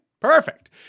Perfect